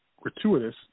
gratuitous